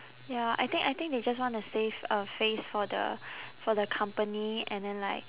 ya I think I think they just wanna save uh face for the for the company and then like